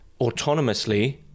autonomously